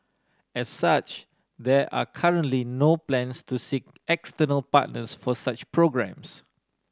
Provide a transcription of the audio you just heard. as such there are currently no plans to seek external partners for such programmes